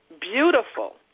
beautiful